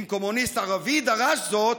אם קומוניסט ערבי דרש זאת,